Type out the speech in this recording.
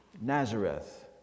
Nazareth